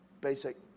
basic